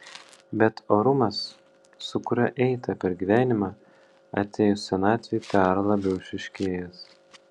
bet orumas su kuriuo eita per gyvenimą atėjus senatvei dar labiau išryškėjęs